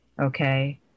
okay